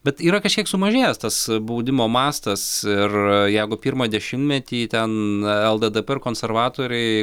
bet yra kažkiek sumažėjęs tas baudimo mastas ir jeigu pirmą dešimtmetį ten lddp ir konservatoriai